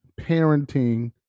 parenting